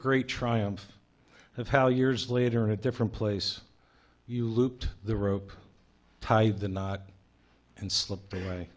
great triumph of how years later in a different place you looped the rope tied the knot and slip